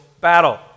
battle